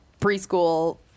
preschool